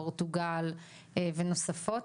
פורטוגל ונוספות.